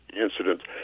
incidents